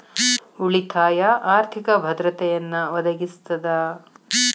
ಉಳಿತಾಯ ಆರ್ಥಿಕ ಭದ್ರತೆಯನ್ನ ಒದಗಿಸ್ತದ